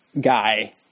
guy